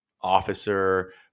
officer